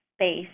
space